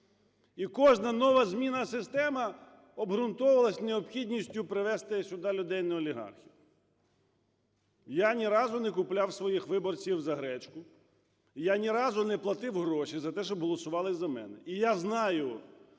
І кожна нова зміна системи обґрунтовувалась необхідністю привести сюди людей-неолігархів. Я ні разу не купляв своїх виборців за гречку, я ні разу не платив гроші за те, щоб голосували за мене. І я знаю